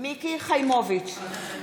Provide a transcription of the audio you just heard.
מיקי חיימוביץ,